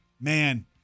man